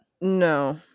No